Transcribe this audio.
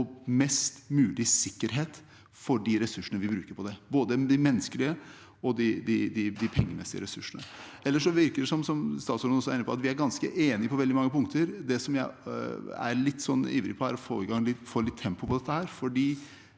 og mest mulig sikkerhet for de ressursene vi bruker på det, både de menneskelige og de pengemessige. Det virker ellers som statsråden er inne på at vi er ganske enige på veldig mange punkter. Det jeg er litt ivrig på, er å få litt tempo på dette, for